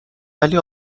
ولی